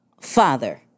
father